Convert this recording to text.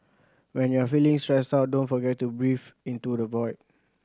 when you are feeling stressed out don't forget to breathe into the void